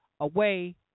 away